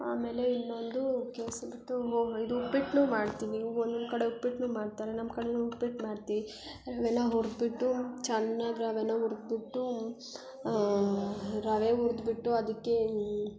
ಆಮೇಲೆ ಇನ್ನೊಂದು ಕೇಸರಿ ಭಾತು ಓ ಹ ಇದು ಉಪ್ಪಿಟ್ಟನ್ನೂ ಮಾಡ್ತೀನಿ ಒಂದೊಂದು ಕಡೆ ಉಪ್ಪಿಟ್ಟನ್ನೂ ಮಾಡ್ತಾರೆ ನಮ್ಮ ಕಡೆಯೂ ಉಪ್ಪಿಟ್ಟು ಮಾಡ್ತೀವಿ ರವೆನ ಹುರ್ದ್ ಬಿಟ್ಟು ಚೆನ್ನಾಗಿ ರವೆನ ಹುರ್ದ್ಬಿಟ್ಟು ರವೆ ಹುರ್ದ್ಬಿಟ್ಟು ಅದಕ್ಕೆ